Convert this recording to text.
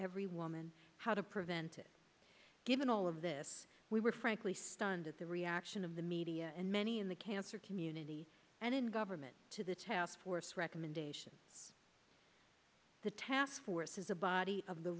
every woman how to prevent it given all of this we were frankly stunned at the reaction of the media and many in the cancer community and in government to the task force recommendations the task force is a body of the